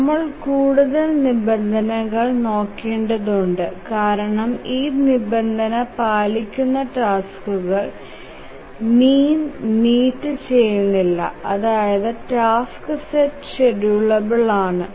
നമ്മൾ കൂടുതൽ നിബന്ധനകൾ നോക്കേണ്ടതുണ്ട് കാരണം ഈ നിബന്ധന പാലിക്കുന്ന ടാസ്കുകൾ മീൻ മീറ്റ് ചെയുനില്ല അതായത് ടാസ്ക് സെറ്റ് ഷ്ഡ്യൂലബിൽ ആണ്